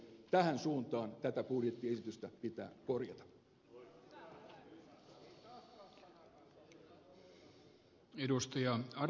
tähän suuntaan tätä budjettiesitystä pitää korjata